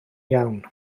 iawn